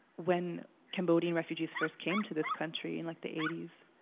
when cambodian refugees first came to this country in like the eighty s.